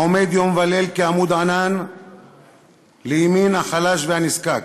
העומד יום וליל כעמוד ענן לימין החלש והנזקק.